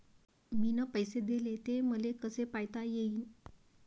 मिन पैसे देले, ते मले कसे पायता येईन?